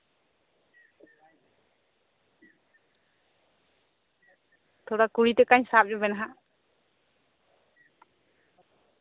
ᱛᱷᱚᱲᱟ ᱠᱩᱰᱤ ᱠᱚᱵᱮᱱ ᱥᱟᱵ ᱡᱚᱝᱟᱱ ᱦᱟᱸᱜ